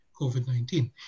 COVID-19